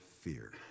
fear